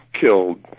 killed